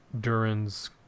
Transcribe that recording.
Durin's